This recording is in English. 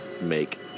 make